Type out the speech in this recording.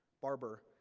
barber,